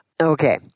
Okay